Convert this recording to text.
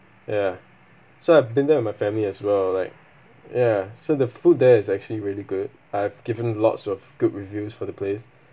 ya so I've been there with my family as well like ya so the food there is actually really good I've given lots of good reviews for the place